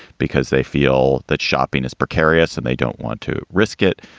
because they feel that shopping is precarious and they don't want to risk it.